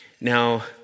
Now